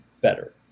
better